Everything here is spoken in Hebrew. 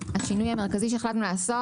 השינוי המרכזי שהחלטנו לעשות,